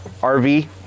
rv